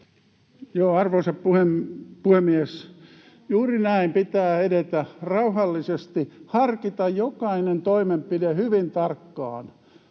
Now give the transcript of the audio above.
Arvoisa puhemies! Juuri näin pitää edetä: rauhallisesti, harkita jokainen toimenpide hyvin tarkkaan.